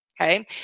Okay